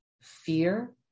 fear